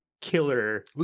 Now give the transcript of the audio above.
killer